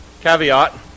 caveat